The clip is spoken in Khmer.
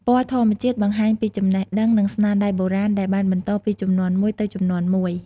ពណ៌ធម្មជាតិបង្ហាញពីចំណេះដឹង និងស្នាដៃបុរាណ ដែលបានបន្តពីជំនាន់មួយទៅជំនាន់មួយ។